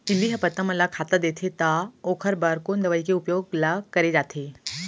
इल्ली ह पत्ता मन ला खाता देथे त ओखर बर कोन दवई के उपयोग ल करे जाथे?